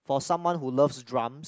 for someone who loves drums